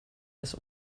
this